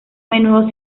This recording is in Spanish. menudo